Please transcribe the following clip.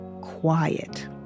quiet